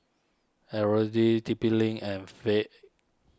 Eveready T P Link and Fab